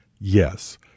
Yes